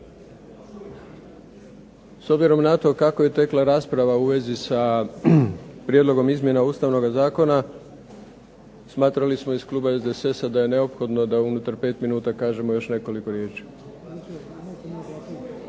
S obzirom na to kako je tekla rasprava u vezi sa Prijedlogom izmjena Ustavnoga zakona, smatrali smo iz Kluba SDSS-a da je neophodno da unutar pet minuta kažemo još nekoliko riječi.